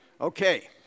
Okay